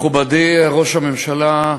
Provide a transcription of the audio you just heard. מכובדי ראש הממשלה,